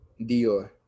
Dior